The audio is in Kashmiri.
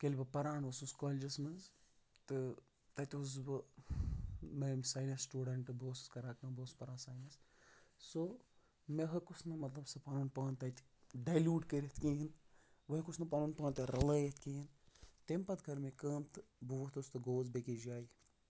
ییٚلہِ بہٕ پَران اوسُس کالجس منٛزتہٕ تَتہِ اوسُس بہٕ ساینَس سٔٹوٗڈنٹ بہ اوسُس کران کٲم بہٕ اوسُس پَران ساینس سو مےٚ ہیوٚکُس نہٕ مطلب سُہ پَنُن پان تَتہِ ڈایلوٗٹ کٔرِتھ کِہینۍ بہٕ ہیوٚکُس نہٕ پَنُن پان تَتہ رَلٲیِتھ کِہینۍ تَمہِ پَتہٕ کٔر مےٚ کٲم تہٕ بہٕ ووٚتُھس تہٕ گوٚوس بیٚیہِ کِس جایہِ